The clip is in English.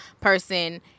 person